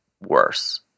worse